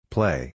Play